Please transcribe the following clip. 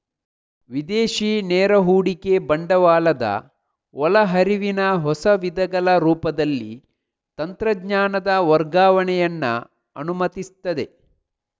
ವಿದೇಶಿ ನೇರ ಹೂಡಿಕೆ ಬಂಡವಾಳದ ಒಳ ಹರಿವಿನ ಹೊಸ ವಿಧಗಳ ರೂಪದಲ್ಲಿ ತಂತ್ರಜ್ಞಾನದ ವರ್ಗಾವಣೆಯನ್ನ ಅನುಮತಿಸ್ತದೆ